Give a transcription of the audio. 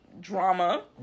drama